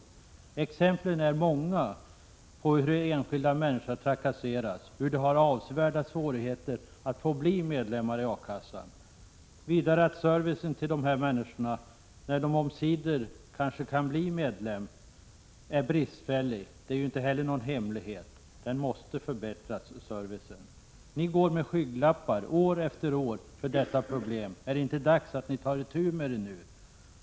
Men exemplen är många på hur enskilda människor har trakasserats och haft avsevärda svårigheter att få bli medlemmar i A-kassan. Att servicen till dessa människor — när de omsider kanske blir medlemmar — är bristfällig är inte heller någon hemlighet. Den servicen måste förbättras. Ni går med skygglappar för detta problem år efter år. Är det inte dags att ta itu med det nu?